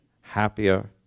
happier